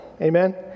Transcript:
Amen